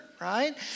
right